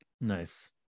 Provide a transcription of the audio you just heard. Nice